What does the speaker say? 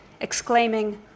exclaiming